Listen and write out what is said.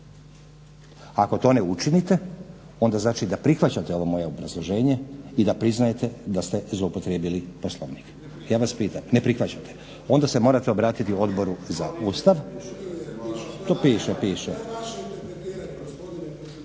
Ako to ne učinite, onda znači da prihvaćate ovo moje obrazloženje i da priznajete da ste zloupotrijebili Poslovnik. Ja vas pitam. Ne prihvaćate. Onda se morate obratiti Odboru za Ustav. **Šuker, Ivan